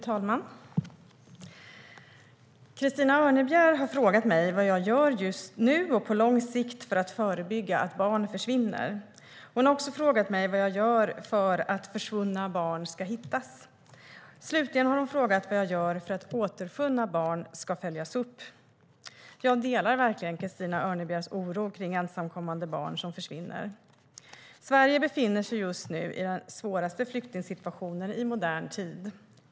Fru talman! Christina Örnebjär har frågat mig vad jag gör just nu och på lång sikt för att förebygga att barn försvinner. Hon har också frågat mig vad jag gör för att försvunna barn ska hittas. Slutligen har hon frågat vad jag gör för att återfunna barn ska följas upp. Jag delar Christina Örnebjärs oro kring ensamkommande barn som försvinner. Sverige befinner sig just nu i den svåraste flyktingsituationen i modern tid.